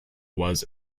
was